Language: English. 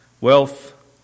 Wealth